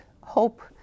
hope